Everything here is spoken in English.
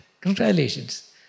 Congratulations